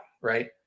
right